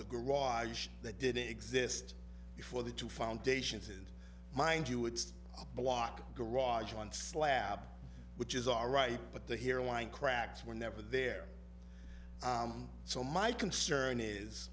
the garage that didn't exist before the two foundations and mind you it's a block garage one slab which is all right but the here lying cracks were never there so my concern is